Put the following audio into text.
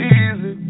easy